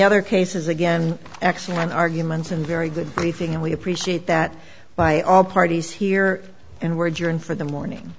other cases again excellent arguments and very good anything and we appreciate that by all parties here and words you're in for the morning